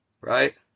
Right